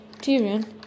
Tyrion